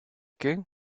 que